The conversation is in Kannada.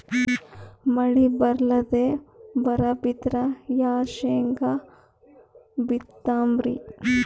ಮಳಿ ಬರ್ಲಾದೆ ಬರಾ ಬಿದ್ರ ಯಾ ಶೇಂಗಾ ಬಿತ್ತಮ್ರೀ?